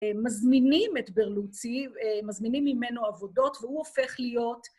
מזמינים את ברלוצי, מזמינים ממנו עבודות, והוא הופך להיות...